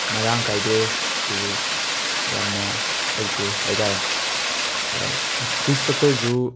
ꯃꯔꯥꯡ ꯀꯥꯏꯗꯦ ꯁ꯭ꯀꯨꯜ ꯌꯥꯝꯅ ꯂꯩꯇꯦ ꯍꯥꯏꯗꯥꯔꯦ ꯐꯤ ꯁꯇ꯭ꯔꯛꯆꯔꯖꯨ